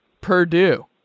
Purdue